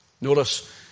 Notice